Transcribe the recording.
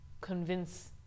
convince